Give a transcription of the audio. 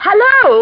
Hello